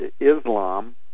Islam